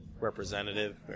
Representative